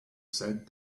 said